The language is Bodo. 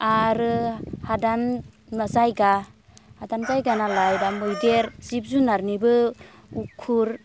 आरो हादान जायगा हादान जायगा नालाय दा मैदेर जिब जुनारनिबो उखुर